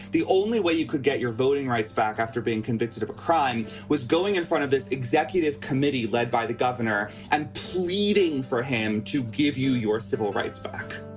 the only way you could get your voting rights back after being convicted of a crime was going in front of this executive committee led by the governor and pleading for him to give you your civil rights back